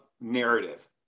narrative